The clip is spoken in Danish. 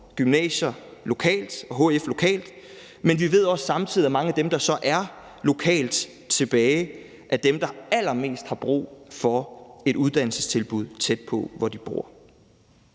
gymnasier og hf lokalt, men vi ved også samtidig, at mange af dem, der så er tilbage lokalt, er dem, der allermest har brug for et uddannelsestilbud tæt på, hvor de bor.